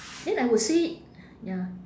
then I would say ya